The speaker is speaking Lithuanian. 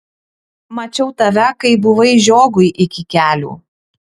mačiau tave kai buvai žiogui iki kelių